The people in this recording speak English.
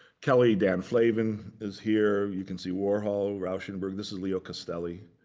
kelly, dan flavin is here. you can see warhol, rauschenberg. this is leo castelli